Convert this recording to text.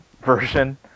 version